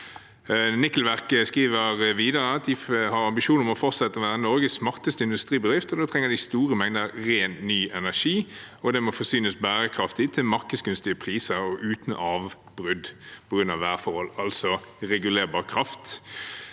Nikkelverket skriver videre at de har ambisjoner om å fortsette å være Norges smarteste industribedrift. Da trenger de store mengder ren ny energi, og den må forsynes bærekraftig, til markedsgunstige priser og uten avbrudd på grunn av værforhold – altså regulerbar kraft.